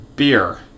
Beer